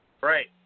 right